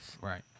Right